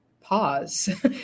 pause